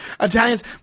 Italians